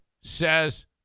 says